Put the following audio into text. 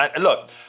look